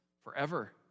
forever